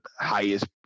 highest